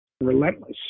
relentless